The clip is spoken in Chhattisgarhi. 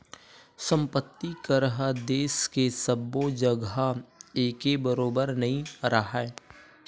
संपत्ति कर ह देस के सब्बो जघा एके बरोबर नइ राहय